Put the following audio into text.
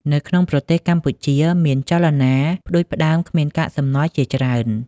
នៅក្នុងប្រទេសកម្ពុជាមានចលនាផ្តួចផ្តើមគ្មានកាកសំណល់ជាច្រើន។